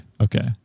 Okay